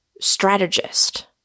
strategist